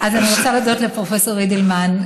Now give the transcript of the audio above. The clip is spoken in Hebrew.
אני רוצה להודות לפרופ' אידלמן,